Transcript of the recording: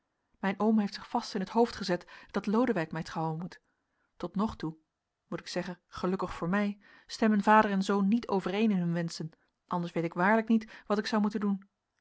mijn oom heeft zich vast in t hoofd gezet dat lodewijk mij trouwen moet tot nog toe moet ik zeggen gelukkig voor mij stemmen vader en zoon niet overeen in hun wenschen anders weet ik waarlijk niet wat ik zou moeten doen